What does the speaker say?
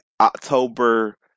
October